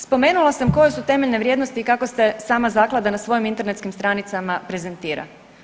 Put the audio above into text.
Spomenula sam koje su temeljne vrijednosti i kako se sama zaklada na svojim internetskim stranicama prezentira.